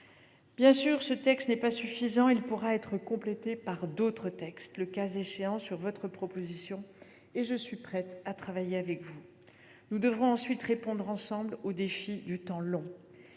Bien sûr, ce texte n’est pas suffisant. Il pourra être complété par d’autres textes, le cas échéant sur votre proposition – je suis prête à y travailler avec vous. Nous devrons ensuite répondre ensemble aux défis du temps long.